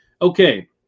Okay